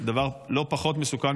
דבר לא פחות מסוכן,